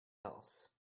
else